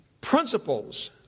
principles